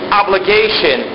obligation